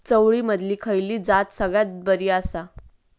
चवळीमधली खयली जात सगळ्यात बरी आसा?